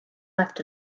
left